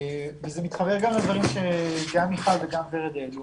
זה מתחבר גם לדברים שגם מיכל וגם ורד העלו,